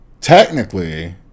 technically